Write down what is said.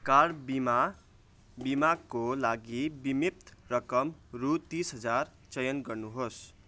car बिमा बिमाको लागि बिमित रकम रु तिस हजार चयन गर्नुहोस्